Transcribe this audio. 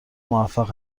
موفق